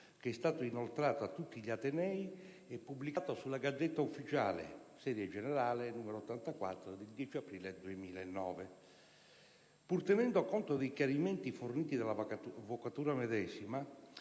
che è stato inoltrato a tutti gli atenei e pubblicato sulla *Gazzetta Ufficiale* (Serie generale n. 84, del 10 aprile 2009). Pur tenendo conto dei chiarimenti forniti dall'Avvocatura medesima,